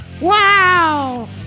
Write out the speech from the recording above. Wow